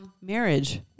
Marriage